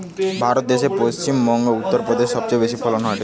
ভারত দ্যাশে পশ্চিম বংগো, উত্তর প্রদেশে সবচেয়ে বেশি ফলন হয়টে